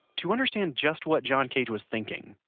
to understand just what john cage was thinking,